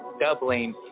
doubling